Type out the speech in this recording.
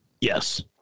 yes